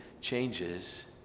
changes